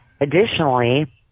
Additionally